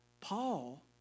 Paul